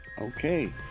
Okay